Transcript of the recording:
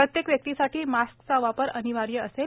प्रत्येक व्यक्तिसाठी मास्कचा वापर अनिवार्य असेल